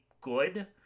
good